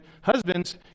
husband's